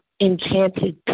enchanted